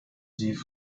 sie